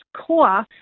core